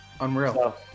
Unreal